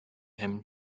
him